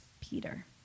Peter